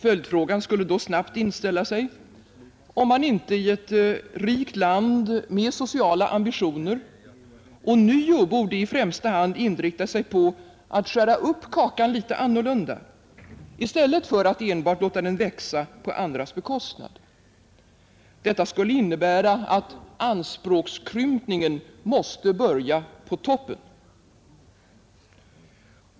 Följdfrågan skulle då snabbt inställa sig, om man inte i ett rikt land med sociala ambitioner ånyo borde i främsta hand inrikta sig på att skära upp kakan litet annorlunda i stället för att enbart låta den växa på andras bekostnad. Det skulle innebära att anspråkskrympningen måste börja på toppen.